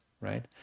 right